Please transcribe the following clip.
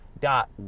dot